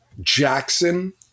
Jackson